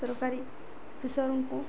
ସରକାରୀ ଅଫିସରଙ୍କୁ